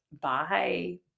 bye